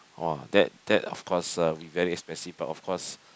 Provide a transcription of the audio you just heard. !wah! that that of course uh will be very expensive but of course